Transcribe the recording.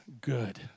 good